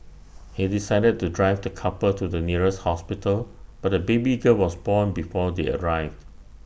he decided to drive the couple to the nearest hospital but the baby girl was born before they arrived